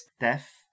death